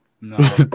No